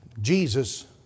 Jesus